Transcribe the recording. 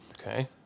Okay